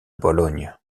bologne